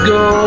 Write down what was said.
go